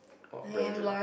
what brands are